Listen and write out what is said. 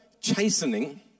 chastening